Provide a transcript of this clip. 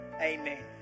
amen